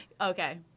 Okay